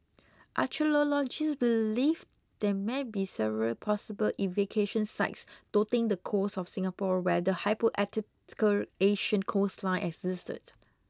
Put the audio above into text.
archaeologists believe there may be several possible excavation sites dotting the coast of Singapore where the hypothetical ancient coastline existed